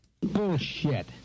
Bullshit